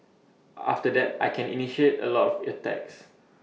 after that I can initiate A lot of attacks